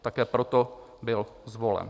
Také proto byl zvolen.